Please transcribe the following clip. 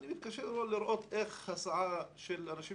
אך אני מתקשה לראות איך הסעה של אנשים